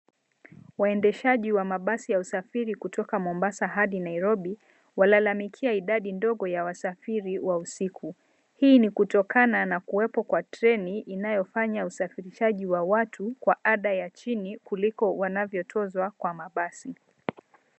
Waendeshaji wa mabasi ya usafiri kutoka Mombasa hadi Nairobi walalamikia idadi ndogo ya wasafiri wa usiku. Hii ni kutokana na kuwepo kwa treni inayofanya usafirishaji wa watu kwa ada ya chini kuliko wanavyotozwa kwa mabasi.